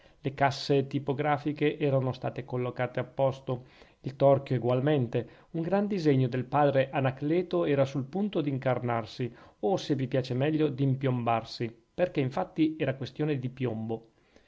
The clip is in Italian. le casse tipografiche erano state collocate a posto il torchio egualmente un gran disegno del padre anacleto era sul punto d'incarnarsi o se vi piace meglio d'impiombarsi perchè infatti era questione di piombo